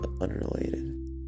unrelated